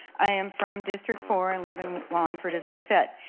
i am from district four and live in wallingford as i said.